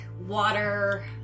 water